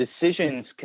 decisions